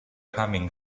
humming